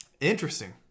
Interesting